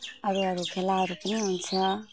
अरूहरू खेलाहरू पनि हुन्छ